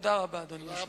תודה רבה, אדוני היושב-ראש.